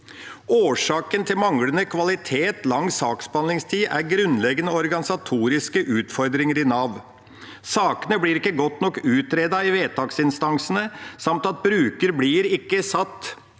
Årsaken til manglende kvalitet og lang saksbehandlingstid er grunnleggende organisatoriske utfordringer i Nav. Sakene blir ikke godt nok utredet i vedtaksinstan sene, og brukerne blir ikke godt